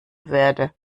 werde